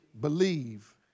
Believe